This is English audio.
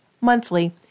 monthly